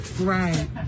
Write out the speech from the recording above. Right